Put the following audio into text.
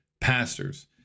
pastors